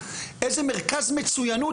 איזה מרכז מצוינות,